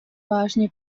vážně